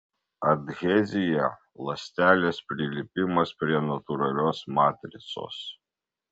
adhezija ląstelės prilipimas prie natūralios matricos